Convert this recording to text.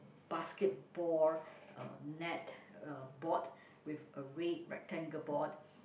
basketball uh net uh board with a red rectangle board